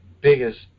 biggest